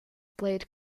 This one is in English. played